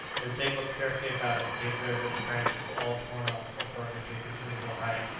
as dick looked carefully about him, he observed that the branches were all torn off or broken to considerable height,